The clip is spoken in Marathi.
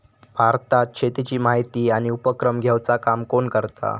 भारतात शेतीची माहिती आणि उपक्रम घेवचा काम कोण करता?